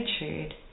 attitude